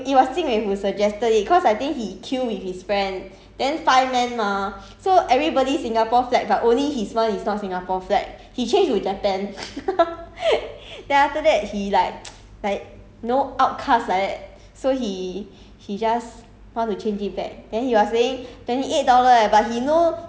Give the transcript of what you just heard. no no no I think cause the it was jing wei who suggested it cause I think he kill with his friend then five men mah so everybody singapore flag but only his [one] is not singapore flag he changed to japan then after that he like like you know outcast like that so he he just